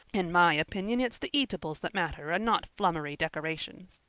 in my opinion it's the eatables that matter and not flummery decorations.